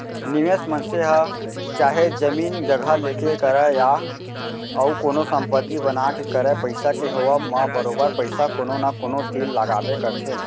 निवेस मनसे ह चाहे जमीन जघा लेके करय या अउ कोनो संपत्ति बना के करय पइसा के होवब म बरोबर पइसा कोनो न कोनो तीर लगाबे करथे